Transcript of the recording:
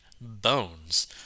bones